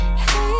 Hey